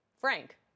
Frank